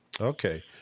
Okay